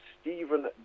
Stephen